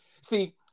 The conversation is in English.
See